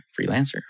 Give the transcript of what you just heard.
freelancer